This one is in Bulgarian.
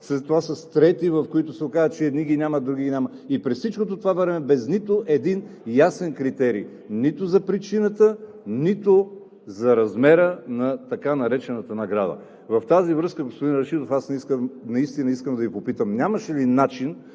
след това с трети, в които се оказа, че едни ги няма, други ги няма? И през всичкото това време без нито един ясен критерий – нито за причината, нито за размера на така наречената награда. В тази връзка, господин Рашидов, наистина искам да Ви попитам: нямаше ли начин